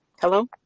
Hello